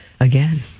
again